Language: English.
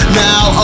now